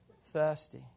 thirsty